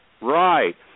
Right